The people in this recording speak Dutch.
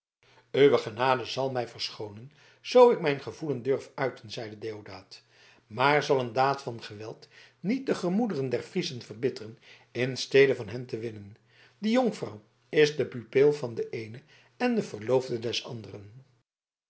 uw genade zal mij verschoonen zoo ik mijn gevoelen durf uiten zeide deodaat maar zal een daad van geweld niet de gemoederen der friezen verbitteren in stede van hen te winnen die jonkvrouw is de pupil van den eenen en de verloofde des anderen